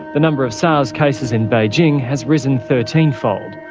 the number of sars cases in beijing has risen thirteen fold.